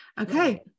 Okay